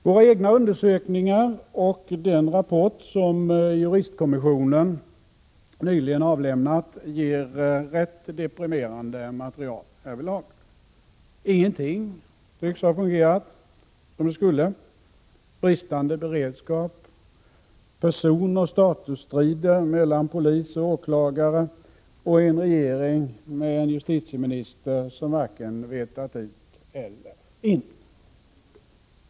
Våra egna undersökningar och den rapport som juristkommissionen nyligen avlämnat ger ett rätt deprimerande material. Ingenting tycks ha fungerat som det skulle. Bristande beredskap, personoch statusstrider mellan polis och åklagare och en regering med en justitieminister som varken vetat ut eller in.